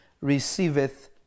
receiveth